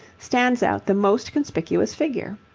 stands out the most conspicuous figure.